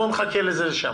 בוא נחכה שנגיע לשם.